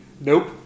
nope